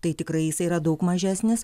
tai tikrai jisai yra daug mažesnis